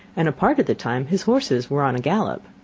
and a part of the time his horses were on a gallop.